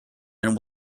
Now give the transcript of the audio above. and